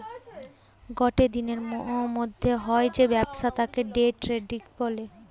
গটে দিনের মধ্যে হয় যে ব্যবসা তাকে দে ট্রেডিং বলে